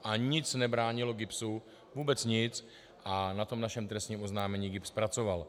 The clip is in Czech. A nic nebránilo GIBS, vůbec nic, a na tom našem trestním oznámení GIBS pracoval.